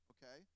Okay